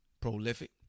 Prolific